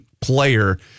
player